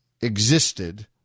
existed